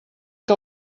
que